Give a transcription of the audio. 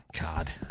God